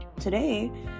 today